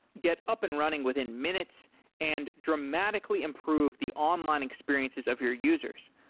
get up and running within minutes and dramatically improve the online experiences of your users.